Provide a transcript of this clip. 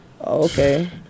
okay